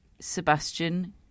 Sebastian